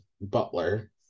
Butler